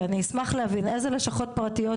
כי אני אשמח להבין, איזה לשכות פרטיות?